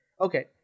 Okay